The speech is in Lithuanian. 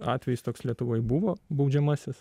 atvejis toks lietuvoj buvo baudžiamasis